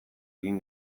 egin